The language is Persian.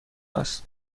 است